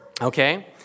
okay